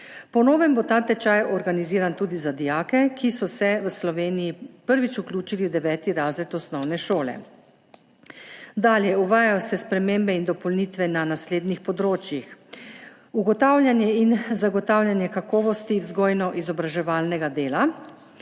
Po novem bo ta tečaj organiziran tudi za dijake, ki so se v Sloveniji prvič vključili v 9. razred osnovne šole. Dalje. Uvajajo se spremembe in dopolnitve na naslednjih področjih. Ugotavljanje in zagotavljanje kakovosti vzgojno-izobraževalnega dela.